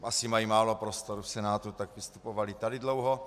Asi mají málo prostoru v Senátu, tak vystupovali tady dlouho.